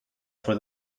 for